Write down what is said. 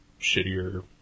shittier